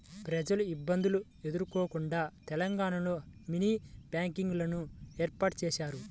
ప్రజలు ఇబ్బందులు ఎదుర్కోకుండా తెలంగాణలో మినీ బ్యాంకింగ్ లను ఏర్పాటు చేశారు